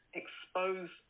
expose